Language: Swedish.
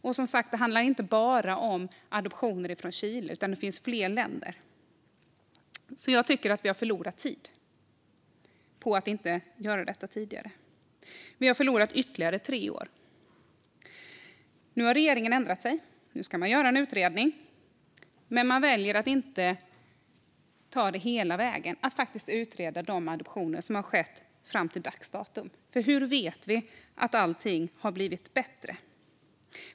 Det handlar som sagt inte bara om adoptioner från Chile, utan det finns fler länder. Jag tycker därför att vi har förlorat tid. Vi har förlorat ytterligare tre år. Nu har regeringen ändrat sig. Nu ska man göra en utredning. Men man väljer att inte ta det hela vägen och faktiskt utreda de adoptioner som har skett fram till dags dato. För hur vet vi att allting har blivit bättre?